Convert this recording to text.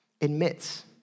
admits